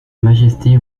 majesté